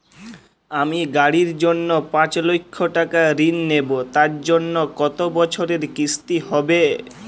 আমি গাড়ির জন্য পাঁচ লক্ষ টাকা ঋণ নেবো তার জন্য কতো বছরের কিস্তি হবে?